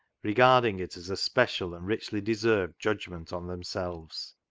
regarding it as a special and richly deserved judgment on themselves.